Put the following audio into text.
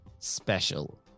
special